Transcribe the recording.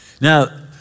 now